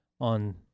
on